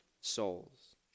souls